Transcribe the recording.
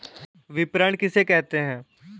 विपणन किसे कहते हैं?